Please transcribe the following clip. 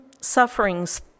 sufferings